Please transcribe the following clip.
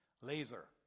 Laser